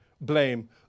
blame